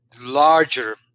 larger